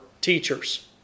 teachers